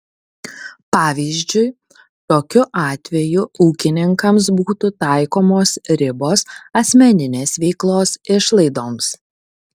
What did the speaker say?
pavyzdžiui tokiu atveju ūkininkams būtų taikomos ribos asmeninės veiklos išlaidoms